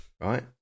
right